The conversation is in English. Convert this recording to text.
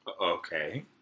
Okay